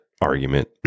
argument